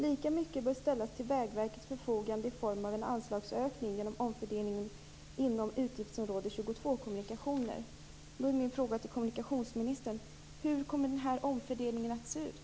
Lika mycket bör ställas till Vägverkets förfogande i form av en anslagsökning genom omfördelningen inom utgiftsområde 22, Kommunikationer." Hur kommer den här omfördelningen att se ut?